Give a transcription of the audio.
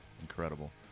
Incredible